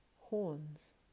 Horns